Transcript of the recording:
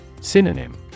Synonym